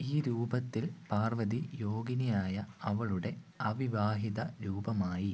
ഈ രൂപത്തിൽ പാർവതി യോഗിനിയായ അവളുടെ അവിവാഹിത രൂപമായി